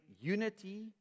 unity